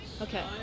Okay